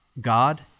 God